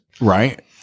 right